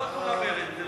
אדוני.